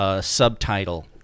subtitle